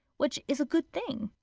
which is a good thing.